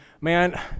man